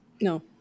No